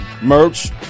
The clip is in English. merch